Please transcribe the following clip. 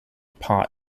part